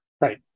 Right